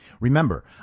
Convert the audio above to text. Remember